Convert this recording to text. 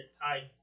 tied